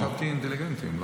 דווקא אינטליגנטים,